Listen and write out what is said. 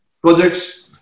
projects